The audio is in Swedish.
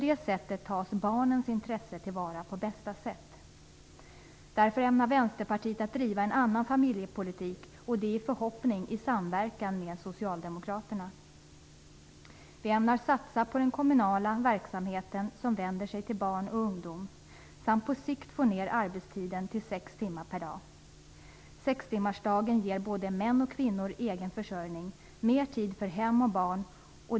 Därigenom tas barnens intresse till vara på bästa sätt. Därför ämnar Vänsterpartiet driva en annorlunda familjepolitik, förhoppningsvis i samverkan med Socialdemokraterna. Vi ämnar satsa på den kommunala verksamheten som vänder sig till barn och ungdom. På sikt vill vi också ha ner arbetstiden till sex timmar per dag. Sextimmarsdagen ger både män och kvinnor egen försörjning och mer tid för hem och barn.